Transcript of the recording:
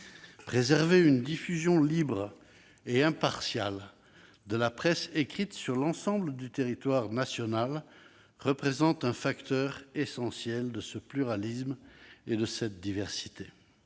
Préserver une diffusion libre et impartiale de la presse écrite sur l'ensemble du territoire national représente un facteur essentiel de ce pluralisme et de la diversité